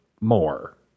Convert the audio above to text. more